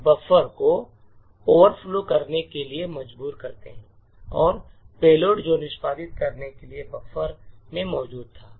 हम बफर को ओवरफ्लो करने के लिए मजबूर करते हैं और पेलोड जो निष्पादित करने के लिए बफर में मौजूद था